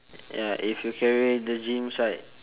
ya if you carry the gyms right